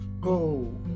go